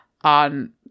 on